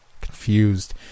Confused